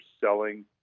selling